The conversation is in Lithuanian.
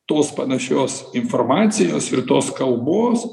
tos panašios informacijos ir tos kalbos